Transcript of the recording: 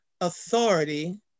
authority